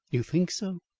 you think so?